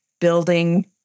building